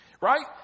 Right